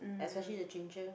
especially the ginger